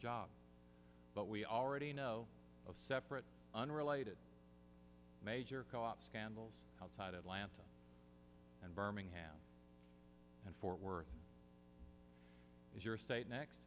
job but we already know of separate unrelated major co ops scandals outside atlanta and birmingham and fort worth is your state next